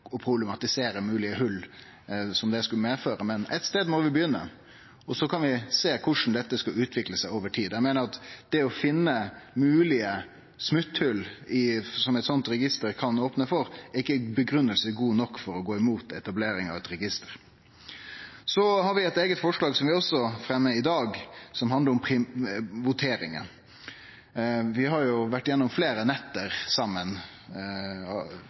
å problematisere moglege hol som det kan medføre, men ein stad må vi begynne. Og så kan vi sjå korleis dette skal utvikle seg over tid. Eg meiner at det å finne moglege smutthol som eit slikt register kan opne for, ikkje er god nok grunngiving for å gå imot etablering av eit register. Så har vi eit eige forslag som vi også fremmer i dag, som handlar om voteringa. Vi har vore gjennom fleire netter saman desse vekene som har gått, der folk sit og